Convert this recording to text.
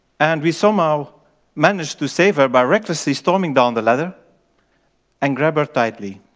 and we somehow managed to save her by recklessly storming down the ladder and grabbing her tightly.